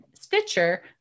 Stitcher